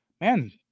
Man